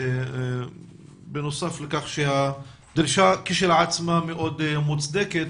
בנוסף לכך שהדרישה כשלעצמה מאוד מוצדקת.